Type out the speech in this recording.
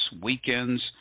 weekends